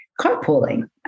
carpooling